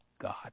God